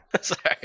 Sorry